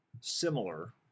Similar